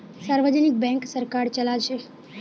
सार्वजनिक बैंक सरकार चलाछे